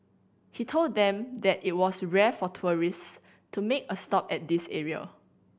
he told them that it was rare for tourists to make a stop at this area